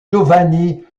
giovanni